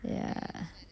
ya